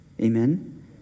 amen